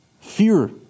Fear